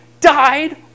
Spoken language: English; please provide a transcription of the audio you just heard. died